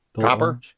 Copper